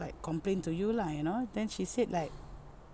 like complain to you lah you know then she said like